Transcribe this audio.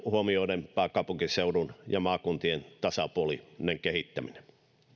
huomioiden pääkaupunkiseudun ja maakuntien tasapuolinen kehittäminen